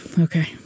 Okay